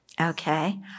okay